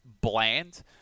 bland